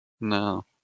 No